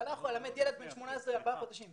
אתה לא יכול ללמד ילד בן 18 במשך ארבעה חודשים.